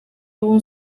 egon